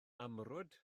amrwd